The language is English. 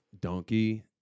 Donkey